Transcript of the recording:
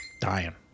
dying